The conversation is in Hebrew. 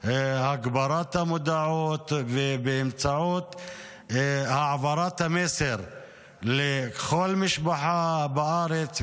הגברת המודעות ובאמצעות העברת המסר לכל משפחה בארץ,